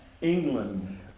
England